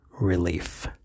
relief